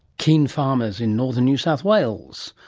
keen farmers in northern new south wales.